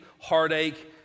heartache